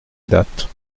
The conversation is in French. date